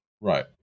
Right